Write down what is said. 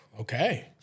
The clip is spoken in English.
okay